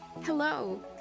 Hello